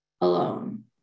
alone